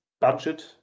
budget